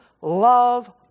love